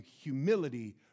humility